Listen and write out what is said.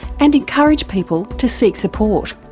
and encourage people to seek support.